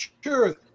sure